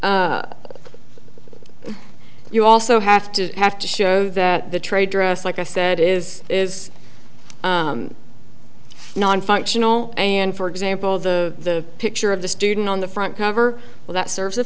you also have to have to show that the trade dress like i said is is non functional and for example the picture of the student on the front cover with that serves